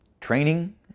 training